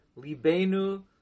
Libenu